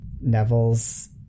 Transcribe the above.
Neville's